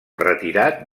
retirat